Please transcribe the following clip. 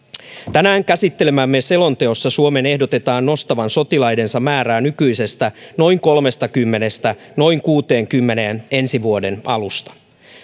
tänään käsittelemässämme selonteossa suomen ehdotetaan nostavan sotilaidensa määrää nykyisestä noin kolmestakymmenestä noin kuuteenkymmeneen ensi vuoden alusta